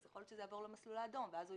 יכול להיות שזה יעבור למסלול האדום ואז הוא